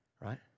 Right